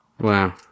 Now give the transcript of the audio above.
Wow